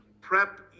Prep